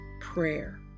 Prayer